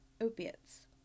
opiates